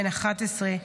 בן 11,